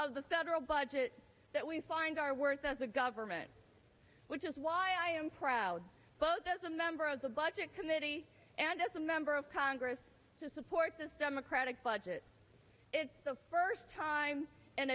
of the federal budget that we find our worth as a government which is why i am proud both as a member of the budget committee and as a member of congress to support this democratic budget it's the first time in